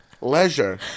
leisure